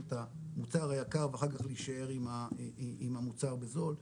את המוצר היקר ואחר כך להישאר עם המוצר הזול.